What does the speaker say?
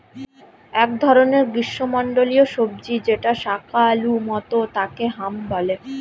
এক ধরনের গ্রীষ্মমন্ডলীয় সবজি যেটা শাকালু মতো তাকে হাম বলে